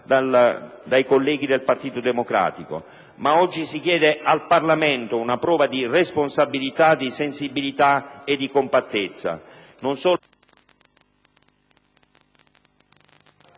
dai colleghi del Partito Democratico, ma oggi si chiede al Parlamento una prova di responsabilità, di sensibilità e di compattezza,